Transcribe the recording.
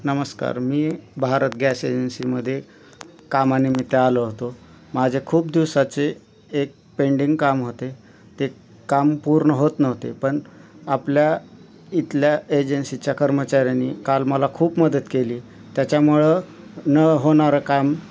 नमस्कार मी भारत गॅस एजन्सीमध्ये कामानिमित्त आलो होतो माझे खूप दिवसाचे एक पेंडिंग काम होते ते काम पूर्ण होत नव्हते पण आपल्या इथल्या एजन्सीच्या कर्मचाऱ्यानी काल मला खूप मदत केली त्याच्यामुळे न होणारे काम